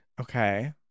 Okay